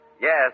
Yes